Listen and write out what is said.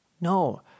No